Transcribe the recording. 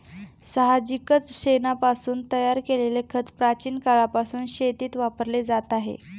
साहजिकच शेणापासून तयार केलेले खत प्राचीन काळापासून शेतीत वापरले जात आहे